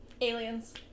Aliens